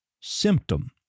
symptom